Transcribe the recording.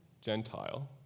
Gentile